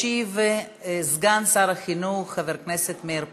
ישיב סגן שר החינוך חבר הכנסת מאיר פרוש.